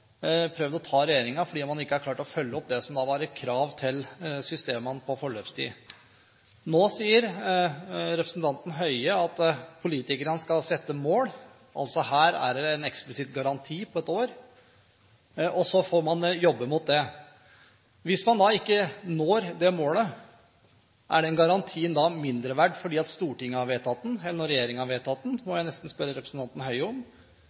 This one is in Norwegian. prøvd å ta regjeringen for at den ikke har klart å følge opp det som var et krav til systemene når det gjelder forløpstid. Nå sier representanten Høie at politikerne skal sette seg mål. Her er det altså en eksplisitt garanti på et år, og så får man jobbe mot det. Jeg må nesten spørre representanten Høie: Hvis man ikke når det målet, er den garantien da mindre verd fordi Stortinget har vedtatt den, enn den er når regjeringen har vedtatt den?